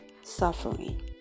suffering